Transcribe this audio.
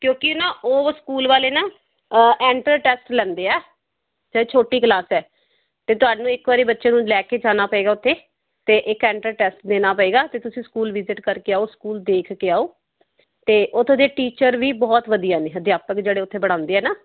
ਕਿਉਂਕਿ ਨਾ ਉਹ ਸਕੂਲ ਵਾਲੇ ਨਾ ਐਂਟਰ ਟੈਸਟ ਲੈਂਦੇ ਹੈ ਚਾਹੇ ਛੋਟੀ ਕਲਾਸ ਹੈ ਅਤੇ ਤੁਹਾਨੂੰ ਇੱਕ ਵਾਰੀ ਬੱਚੇ ਨੂੰ ਲੈ ਕੇ ਜਾਣਾ ਪਏਗਾ ਉੱਥੇ ਅਤੇ ਇੱਕ ਐਂਟਰ ਟੈਸਟ ਦੇਣਾ ਪਏਗਾ ਅਤੇ ਤੁਸੀਂ ਸਕੂਲ ਵਿਜ਼ਿਟ ਕਰਕੇ ਆਓ ਸਕੂਲ ਦੇਖ ਕੇ ਆਓ ਅਤੇ ਉੱਥੋਂ ਦੇ ਟੀਚਰ ਵੀ ਬਹੁਤ ਵਧੀਆ ਨੇ ਅਧਿਆਪਕ ਜਿਹੜੇ ਉੱਥੇ ਪੜ੍ਹਾਉਂਦੇ ਹੈ ਨਾ